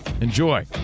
Enjoy